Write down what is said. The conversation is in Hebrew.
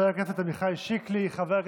נגד יואב גלנט,